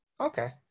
Okay